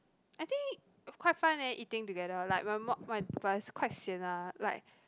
I think quite fun leh eating together like my mum but is quite sian lah like